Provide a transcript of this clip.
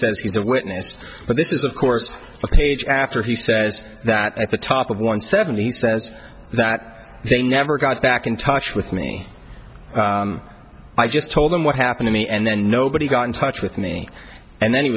a witness but this is of course a page after he says that at the top of one seven he says that they never got back in touch with me i just told them what happened to me and then nobody got in touch with me and then he